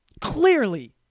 clearly